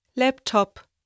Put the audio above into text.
Laptop